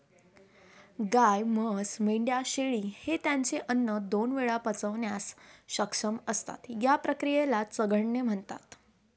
गाय, म्हैस, मेंढ्या, शेळी हे त्यांचे अन्न दोन वेळा पचवण्यास सक्षम असतात, या क्रियेला चघळणे म्हणतात